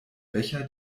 becher